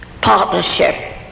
partnership